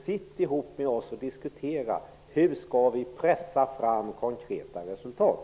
Sitt ihop med oss och diskutera hur vi skall pressa fram konkreta resultat!